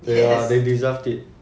they ah they deserved it